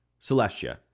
Celestia